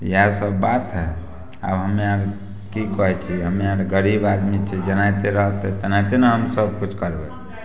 इएह सभ बात हइ आब हमे अहाँ की कहै छी हमे आर गरीब आदमी छी जेनाहिते रखबै तेनाहिते ने हमसभ किछु करबै